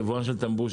יבואן של טמבור,